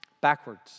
backwards